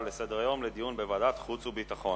לסדר-היום לדיון בוועדת החוץ והביטחון.